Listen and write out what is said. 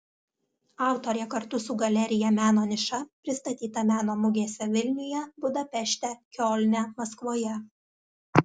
autorė kartu su galerija meno niša pristatyta meno mugėse vilniuje budapešte kiolne maskvoje